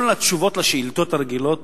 כל התשובות לשאילתות הרגילות